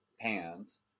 pans